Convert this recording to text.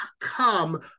come